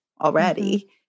already